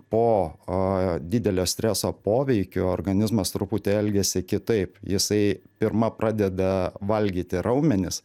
po didelio streso poveikio organizmas truputį elgiasi kitaip jisai pirma pradeda valgyti raumenis